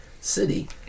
city